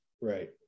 right